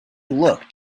looked